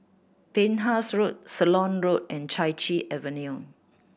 Penhas Road Ceylon Road and Chai Chee Avenue